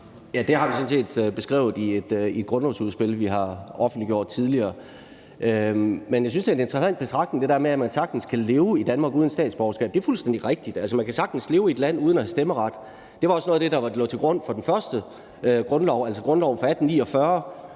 set tidligere beskrevet i et grundlovsudspil, vi har offentliggjort. Men jeg synes, at det der med, at man sagtens kan leve i Danmark uden statsborgerskab, er en interessant betragtning. Det er fuldstændig rigtigt, at man sagtens kan leve i et land uden at have stemmeret. Det var også noget af det, der lå til grund for den første grundlov, altså grundloven fra 1849.